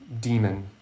demon